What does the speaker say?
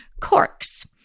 corks